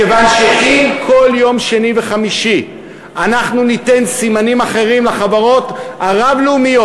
מכיוון שאם כל שני וחמישי אנחנו ניתן סימנים אחרים לחברות הרב-לאומיות,